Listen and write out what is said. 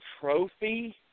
trophy